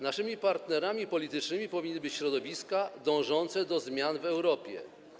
Naszymi partnerami politycznymi powinny być środowiska dążące do zmian w Europie.